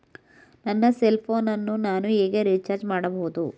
ನನ್ನ cell phone ಅನ್ನು ನಾನು ಹೇಗೆ ರಿಚಾರ್ಜ್ ಮಾಡಬಹುದು?